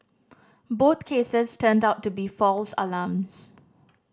both cases turned out to be false alarms